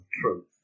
truth